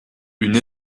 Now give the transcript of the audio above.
une